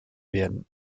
werden